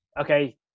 okay